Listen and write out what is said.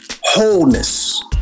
wholeness